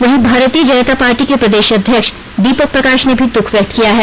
वहीं भारतीय जनता पार्टी के प्रदेश अध्यक्ष दीपक प्रकाश ने भी दुख व्यक्त किया है